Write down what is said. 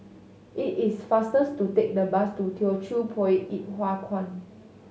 it is fastest to take the bus to Teochew Poit Ip Huay Kuan